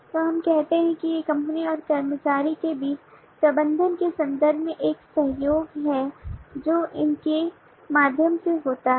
तो हम कहते हैं कि ये कंपनी और कर्मचारी के बीच प्रबंधन के संदर्भ में एक सहयोग है जो उनके माध्यम से होता है